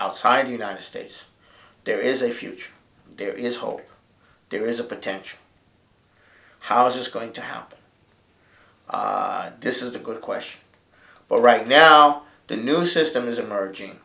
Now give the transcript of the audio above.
outside the united states there is a future there is hope there is a potential how is this going to happen this is a good question but right now the new system is emerging